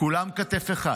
כולם, בכתף אחת,